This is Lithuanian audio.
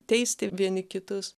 teisti vieni kitus